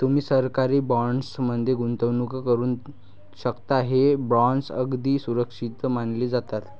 तुम्ही सरकारी बॉण्ड्स मध्ये गुंतवणूक करू शकता, हे बॉण्ड्स अगदी सुरक्षित मानले जातात